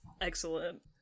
excellent